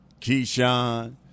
Keyshawn